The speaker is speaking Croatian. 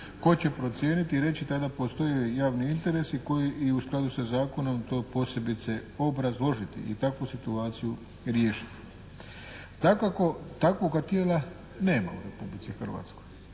koji će procijeniti i reći tada postoji javni interes i koji, u skladu sa zakonom to posebice obrazložiti i takvu situaciju riješiti. Dakako takvoga tijela nema u Republici Hrvatskoj.